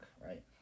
right